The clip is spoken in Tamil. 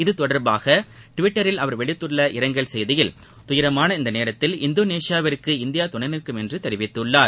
இது தொடர்பாக டுவிட்டரில் அவர் விடுத்துள்ள இரங்கல் செய்தியில் துயரமான இந்த நேரத்தில் இந்தோனேஷியாவிற்கு இந்தியா துணை நிற்கும் என்று தெரிவித்துள்ளார்